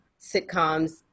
sitcoms